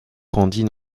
grandit